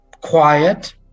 quiet